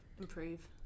improve